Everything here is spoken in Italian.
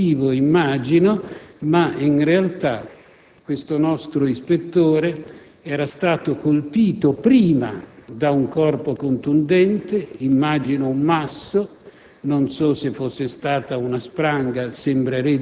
in parte cardiaco e in parte emotivo, immagino, ma in realtà il nostro ispettore, che era stato colpito prima da un corpo contundente (immagino un masso;